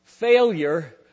Failure